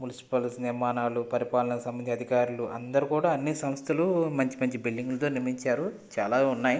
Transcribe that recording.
municipality నిర్మాణాలు పరిపాలన సమితి అధికారులు అందరూ కూడా అన్ని సంస్థలు మంచి మంచి బిల్డింగ్లతో నిర్మించారు చాలా ఉన్నాయి